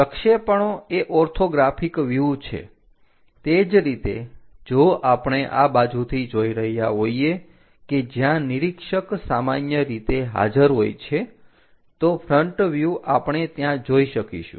પ્રક્ષેપણો એ orthographic view છે તે જ રીતે જો આપણે આ બાજુથી જોઈ રહ્યા હોઈએ કે જ્યાં નિરીક્ષક સામાન્ય રીતે હાજર હોય છે તો ફ્રન્ટ વ્યુહ આપણે ત્યાં જોઈ શકીશું